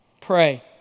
Pray